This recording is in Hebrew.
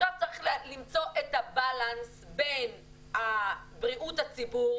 עכשיו צריך למצוא את הבאלאנס בין בריאות הציבור